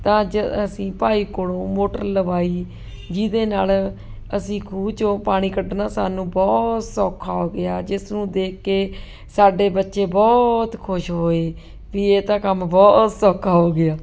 ਤਾਂ ਅੱਜ ਅਸੀਂ ਭਾਈ ਕੋਲੋਂ ਮੋਟਰ ਲਵਾਈ ਜਿਹਦੇ ਨਾਲ ਅਸੀਂ ਖੂਹ 'ਚੋਂ ਪਾਣੀ ਕੱਢਣਾ ਸਾਨੂੰ ਬਹੁਤ ਸੌਖਾ ਹੋ ਗਿਆ ਜਿਸ ਨੂੰ ਦੇਖ ਕੇ ਸਾਡੇ ਬੱਚੇ ਬਹੁਤ ਖੁਸ਼ ਹੋਏ ਵੀ ਇਹ ਤਾਂ ਕੰਮ ਬਹੁਤ ਸੌਖਾ ਹੋ ਗਿਆ